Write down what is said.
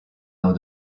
dans